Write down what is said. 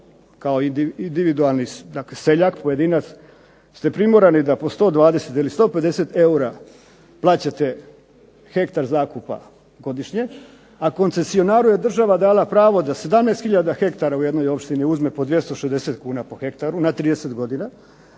kao individualni seljak, pojedinac, ste primorani da po 120 ili 150 eura plaćate hektar zakupa godišnje, a koncesionaru je država dala pravo da 17 hiljada hektara u jednoj općini uzme po 260 kuna po hektaru na 30 godina.